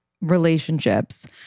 relationships